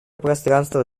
пространство